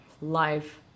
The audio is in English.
life